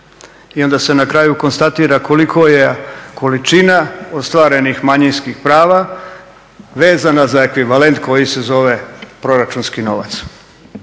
i onda se na kraju konstatira kolika je količina ostvarenih manjinskih prava vezana za ekvivalent koji se zove proračunski novac